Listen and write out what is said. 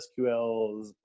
SQLs